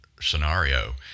scenario